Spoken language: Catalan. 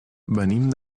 venim